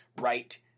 right